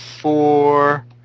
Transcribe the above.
four